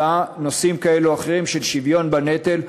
נושאים כאלה או אחרים של שוויון בנטל,